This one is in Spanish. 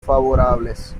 favorables